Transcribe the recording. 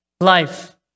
life